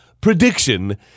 prediction